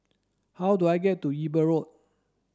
how do I get to Eber Road